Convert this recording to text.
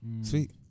sweet